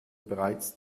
bereits